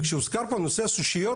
וכשהוזכר פה נושא הסושיות